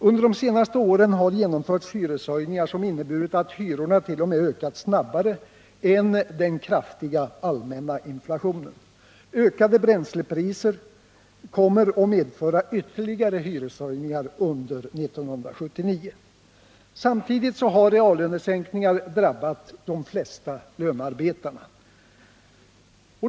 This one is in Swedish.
Under de senaste åren har genomförts hyreshöjningar som inneburit att hyrorna t.o.m. ökat snabbare än den kraftiga allmänna inflationen. Ökade bränslepriser kommer att medföra ytterligare höjningar under 1979. Samtidigt har reallönesänkningar drabbat de flesta lönarbetare.